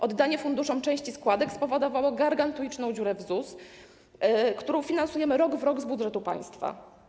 Oddanie funduszom części składek spowodowało gargantuiczną dziurę w ZUS, którą finansujemy rok w roku z budżetu państwa.